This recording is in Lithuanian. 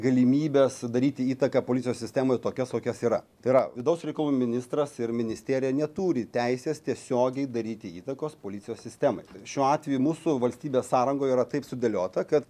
galimybes daryti įtaką policijos sistemoje tokias kokios yra tai yra vidaus reikalų ministras ir ministerija neturi teisės tiesiogiai daryti įtakos policijos sistemai šiuo atveju mūsų valstybės sąrangoje yra taip sudėliota kad